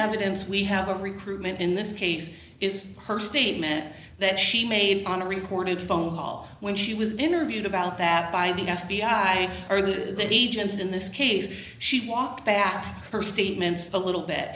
evidence we have of recruitment in this case is her statement that she made on a recorded phone call when she was interviewed about that by the f b i or the agent in this case she walked back her statements a little bit